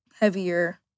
heavier